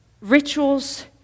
rituals